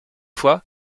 fois